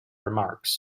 remarks